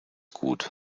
gut